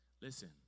Listen